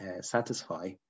satisfy